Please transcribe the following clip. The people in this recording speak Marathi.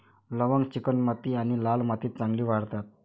लवंग चिकणमाती आणि लाल मातीत चांगली वाढतात